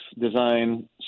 design